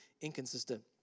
inconsistent